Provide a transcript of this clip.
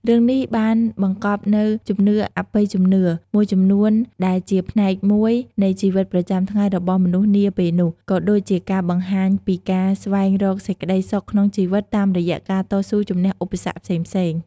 រឿងនេះបានបង្កប់នូវ ជំនឿអបិយជំនឿ មួយចំនួនដែលជាផ្នែកមួយនៃជីវិតប្រចាំថ្ងៃរបស់មនុស្សនាពេលនោះ ក៏ដូចជាការបង្ហាញពីការ ស្វែងរកសេចក្តីសុខក្នុងជីវិត តាមរយៈការតស៊ូជំនះឧបសគ្គផ្សេងៗ។